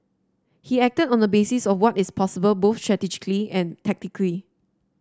he acted on the basis of what is possible both strategically and tactically